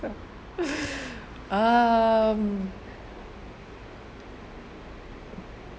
um